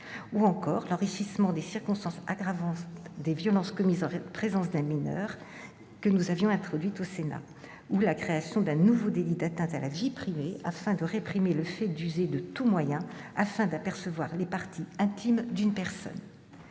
ou encore à l'enrichissement des circonstances aggravantes des violences commises en présence d'un mineur et à la création d'un nouveau délit d'atteinte à la vie privée afin de réprimer « le fait d'user de tout moyen afin d'apercevoir les parties intimes d'une personne